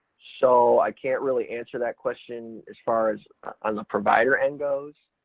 so i can't really answer that question as far as on the provider end goes.